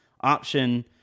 option